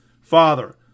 Father